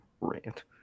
rant